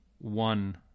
One